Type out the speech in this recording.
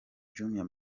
jumia